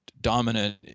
dominant